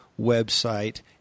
website